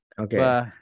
Okay